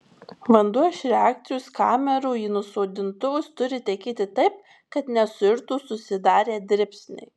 vanduo iš reakcijos kamerų į nusodintuvus turi tekėti taip kad nesuirtų susidarę dribsniai